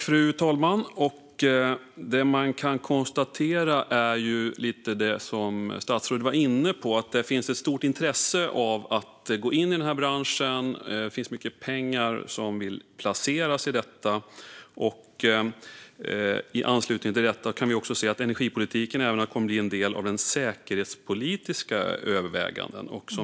Fru talman! Man kan konstatera att det finns ett stort intresse för att gå in i branschen. Det finns mycket pengar som vill placeras i den. I anslutning kan vi se att energipolitiken även kommer att ingå i de säkerhetspolitiska övervägandena.